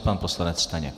Pan poslanec Staněk.